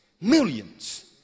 millions